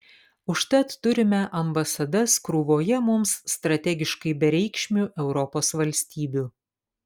užtat turime ambasadas krūvoje mums strategiškai bereikšmių europos valstybių